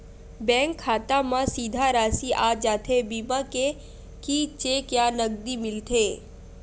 Bank खाता मा सीधा राशि आ जाथे बीमा के कि चेक या नकदी मिलथे?